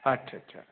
ਅੱਛਾ ਅੱਛਾ